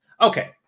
Okay